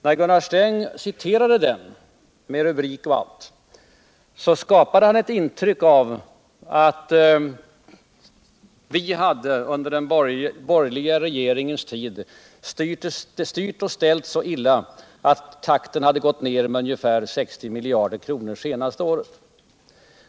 När Gunnar Sträng citerade den med rubrik och allt skapade han ett intryck av att vi under den borgerliga regeringens tid styrt och ställt så illa, att tillväxttakten gått ned med ungefär 60 miljarder under det senaste året.